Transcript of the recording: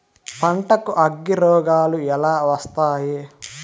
పంటకు అగ్గిరోగాలు ఎలా వస్తాయి?